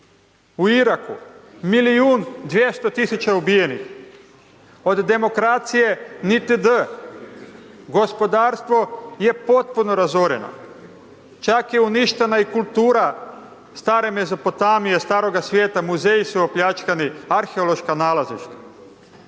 U Iraku 1.200.000 ubijenih, od demokracije niti d, gospodarstvo je potpuno razoreno, čak je uništena i kultura stare Mezopotamije, staroga svijeta muzeji su opljačkani, arheološka nalazišta.